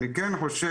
אני כן חושב,